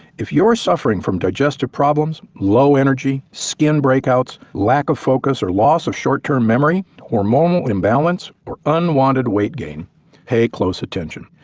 if you're suffering from digestion problems, low energy, skin break outs, lack of focus or loss of short term memory, hormonal imbalance, or unwanted weight gain pay close attention.